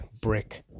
brick